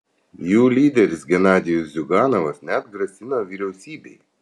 jų lyderis genadijus ziuganovas net grasino vyriausybei